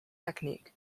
technique